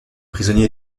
prisonniers